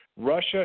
Russia